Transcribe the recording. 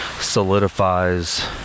solidifies